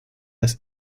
dass